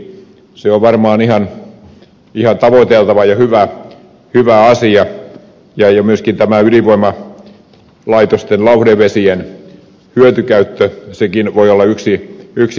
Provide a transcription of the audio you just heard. se on varmaan ihan tavoiteltava ja hyvä asia ja myöskin ydinvoimalaitosten lauhdevesien hyötykäyttö voi sekin olla yksi mahdollisuus